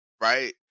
right